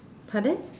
pardon